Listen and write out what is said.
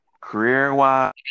career-wise